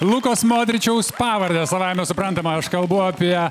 lukos modričiaus pavardę savaime suprantama aš kalbu apie